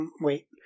Wait